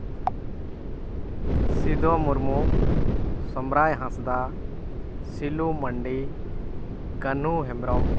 Sido Murmu Somray Hansda Silu Mandi Kanu Hembrom